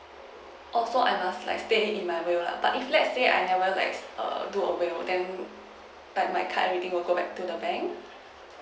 oh so I must like state in my will lah but if let's say I never like err do a will then like my card already will go back to the bank